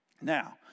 Now